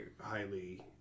highly